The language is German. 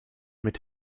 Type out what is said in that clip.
mit